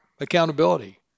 accountability